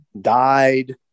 died